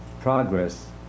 progress